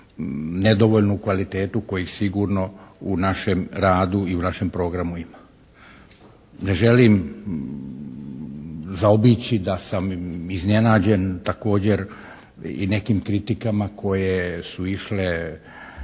nedovoljnu kvalitetu kojih sigurno u našem radu i u našem programu ima. Ne želim zaobići da sam iznenađen također i nekim kritikama koje su išle